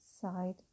side